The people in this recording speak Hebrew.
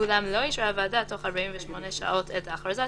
ואולם לא אישרה הוועדה תוך 48 שעות את ההכרזה,